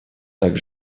так